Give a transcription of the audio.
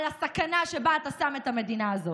הסכנה שבה אתה שם את המדינה הזאת.